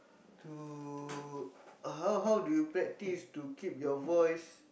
to how how do you practice to keep your voice